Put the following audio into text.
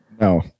No